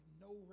no